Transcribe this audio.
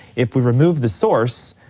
if we remove the source,